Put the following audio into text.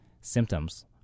symptoms